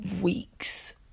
weeks